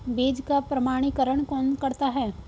बीज का प्रमाणीकरण कौन करता है?